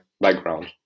background